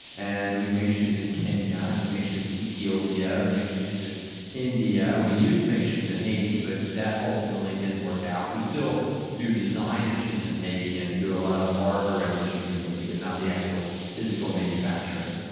and we make shoes in kenya, and we make shoes in ethiopia, and we make shoes in india, we used to make shoes in haiti, but that ultimately didn't work out. we still do design of shoes in haiti, and do a lot of art around the shoes in haiti, but not the actual physical manufacturing.